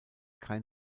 kein